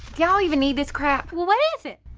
ya'll even need this crap? what is it?